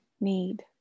need